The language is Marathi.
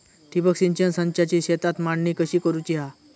ठिबक सिंचन संचाची शेतात मांडणी कशी करुची हा?